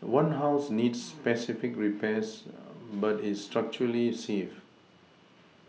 one house needs specific repairs but is structurally safe